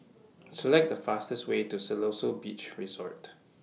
Select The fastest Way to Siloso Beach Resort